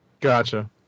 Gotcha